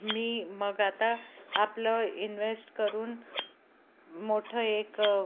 मी मग आता आपलं इन्व्हेस्ट करून मोठं एक